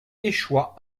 échoit